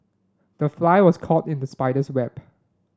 the fly was caught in the spider's web